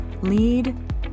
Lead